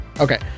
Okay